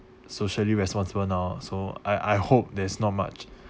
socially responsible now so I I hope there's not much